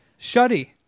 Shuddy